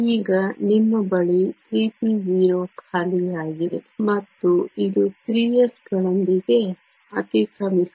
ಈಗ ನಿಮ್ಮ ಬಳಿ 3p0 ಖಾಲಿಯಾಗಿದೆ ಮತ್ತು ಇದು 3s ಗಳೊಂದಿಗೆ ಅತಿಕ್ರಮಿಸುತ್ತದೆ